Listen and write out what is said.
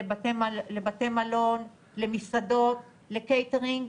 לבתי מלון, למסעדות, לקייטרינג,